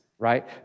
right